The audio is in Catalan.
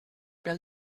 pel